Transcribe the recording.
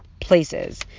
places